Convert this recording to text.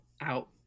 out